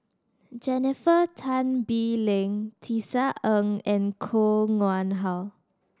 Jennifer Tan Bee Leng Tisa Ng and Koh Nguang How